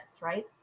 Right